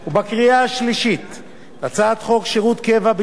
את הצעת חוק שירות קבע בצבא-הגנה לישראל (גמלאות)